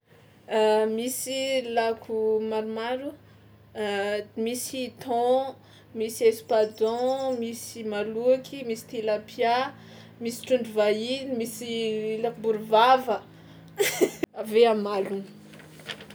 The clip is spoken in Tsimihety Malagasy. Misy lako maromaro: misy thon, misy espadon, misy maloky, misy tilapia, misy trondro vahiny, misy lako bory vava, avy eo amalono.